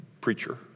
preacher